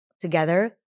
together